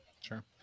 Sure